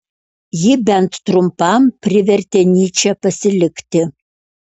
ji bent trumpam privertė nyčę pasilikti